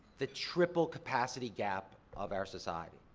the triple-capacity gap of our society.